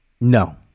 No